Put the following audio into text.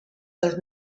del